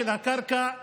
הקרקע כאויבים,